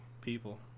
people